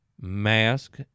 mask